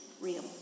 real